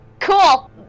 Cool